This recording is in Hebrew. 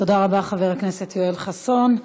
תודה רבה, חבר הכנסת יואל חסון.